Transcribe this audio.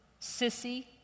sissy